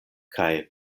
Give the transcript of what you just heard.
kaj